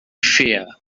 fear